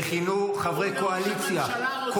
וכינו חברי קואליציה -- קראו לראש הממשלה רוצח?